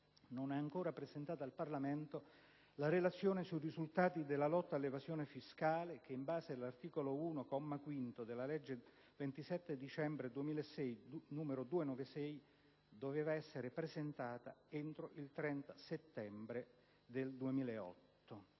non ha ancora presentato al Parlamento la relazione sui risultati della lotta all'evasione fiscale che, in base all'articolo 1, comma 5, della legge 27 dicembre 2006, n. 296, doveva essere presentata entro il 30 settembre 2008.